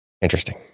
Interesting